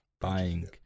buying